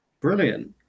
Brilliant